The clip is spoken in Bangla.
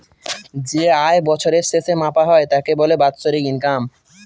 যে আয় বছরের শেষে মাপা হয় তাকে বলে বাৎসরিক ইনকাম